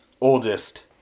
oldest